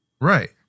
Right